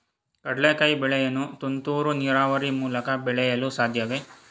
ಕಡ್ಲೆಕಾಯಿ ಬೆಳೆಯನ್ನು ತುಂತುರು ನೀರಾವರಿ ಮೂಲಕ ಬೆಳೆಯಲು ಸಾಧ್ಯವೇ?